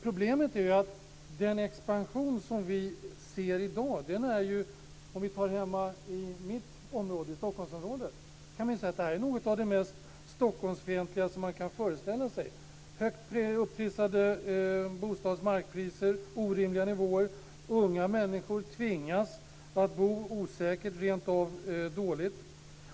Problemet är att den expansion som sker i dag är något av det mest Stockholmsfientliga som man kan föreställa sig med högt upptrissade bostads och markpriser till orimliga nivåer. Unga människor tvingas att bo osäkert, rentav dåligt.